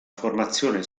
formazione